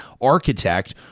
architect